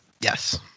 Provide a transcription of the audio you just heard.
Yes